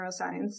neuroscience